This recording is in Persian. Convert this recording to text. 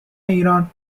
ایران